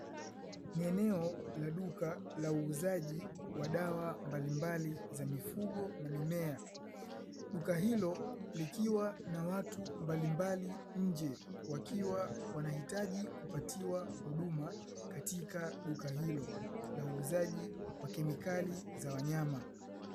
Ni eneo la duka la uuzaji wa dawa mbalimbali za mifugo na mimea, duka hilo likiwa na watu mbalimbali nje wakiwa wanahitaji kupatiwa huduma katika duka hilo la uuzaji wa kemikali za wanyama.